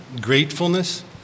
gratefulness